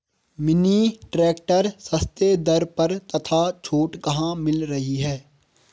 Mini tractor सस्ते दर पर तथा छूट कहाँ मिल रही है?